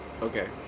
Okay